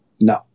no